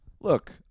Look